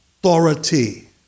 authority